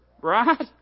Right